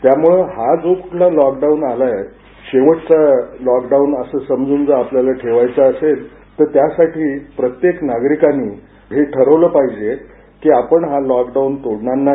त्यामुळं हा जो लॉकडाऊन आलाय शेवटचा लॉकडाऊन आहे असं समजून जर आपल्याला ठेवायचं असेल तर त्यासाठी प्रत्येक नागरिकाने हे ठरवलं पाहिजे की आपण हा लॉकडाऊन तोडणार नाही